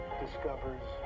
discovers